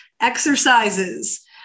exercises